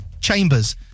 Chambers